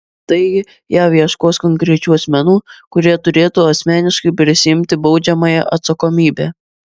taigi jav ieškos konkrečių asmenų kurie turėtų asmeniškai prisiimti baudžiamąją atsakomybę